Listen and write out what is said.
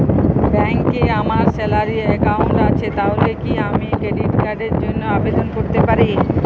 ব্যাংকে আমার salary account আছে তাহলে কি আমি ক্রেডিট কার্ড র জন্য আবেদন করতে পারি?